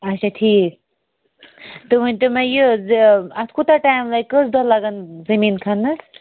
اچھا ٹھیٖک تُہۍ ؤنتو مےٚ یہِ اتھ کوٗتاہ ٹایم لَگہ کٔژ دۄہ لَگَن زٔمیٖن کھَننَس